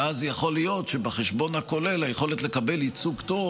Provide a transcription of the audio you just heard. ואז יכול להיות שבחשבון הכולל היכולת לקבל ייצוג טוב